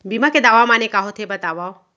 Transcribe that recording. बीमा के दावा माने का होथे बतावव?